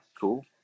Cool